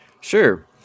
sure